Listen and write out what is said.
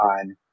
on